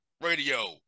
radio